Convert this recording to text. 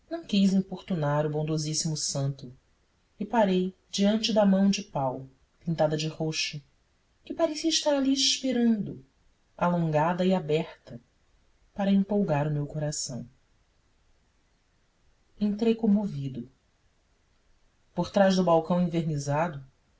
importunar o bondosíssimo santo e parei diante da mão de pau pintada de roxo que parecia estar ali esperando alongada e aberta para empolgar o meu coração entrei comovido por trás do balcão envernizado